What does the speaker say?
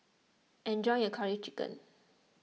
enjoy your Curry Chicken